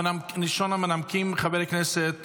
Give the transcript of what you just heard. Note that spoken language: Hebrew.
ראשון המנמקים, חבר הכנסת